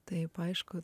taip aišku